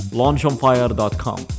launchonfire.com